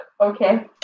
Okay